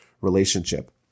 relationship